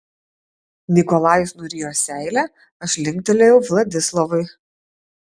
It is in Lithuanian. nikolajus nurijo seilę aš linktelėjau vladislovui